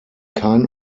kein